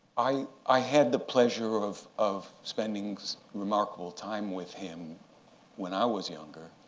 i i had the pleasure of of spending so remarkable time with him when i was younger.